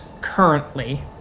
currently